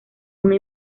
una